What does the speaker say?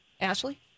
Ashley